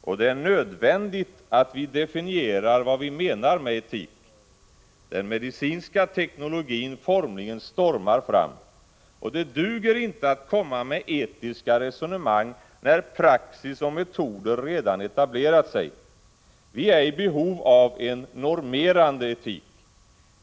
och det är nödvändigt att vi definierar vad vi menar med etik. Den medicinska teknologin formligen stormar fram. Och det duger inte att komma med etiska resonemang när praxis och metoder redan etablerat sig. Vi är i behov av en normerande etik.